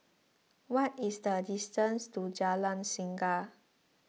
what is the distance to Jalan Singa